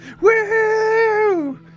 woo